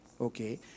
Okay